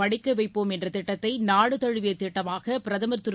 படிக்க வைப்போம் என்ற திட்டத்தை நாடு தழுவிய திட்டமாக பிரதமர் திரு